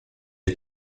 est